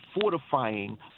fortifying